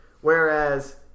Whereas